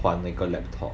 还那个 laptop